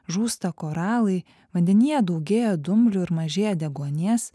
žūsta koralai vandenyje daugėja dumblių ir mažėja deguonies